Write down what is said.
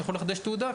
אתה יכול לחדש תעודה,